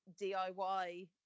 DIY